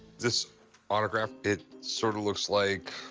this autograph, it sort of looks like